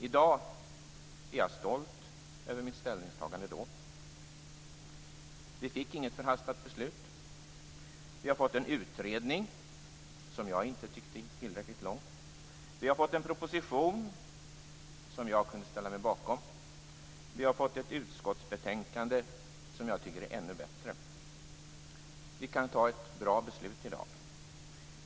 I dag är jag stolt över mitt ställningstagande då. Vi fick inget förhastat beslut. Vi har fått en utredning som jag inte tyckte gick tillräckligt långt. Vi har fått en proposition som jag kan ställa mig bakom. Vi har fått ett utskottsbetänkande som jag tycker är ännu bättre. Vi kan ta ett bra beslut i dag.